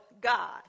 God